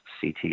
CT